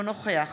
נוכח